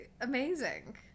amazing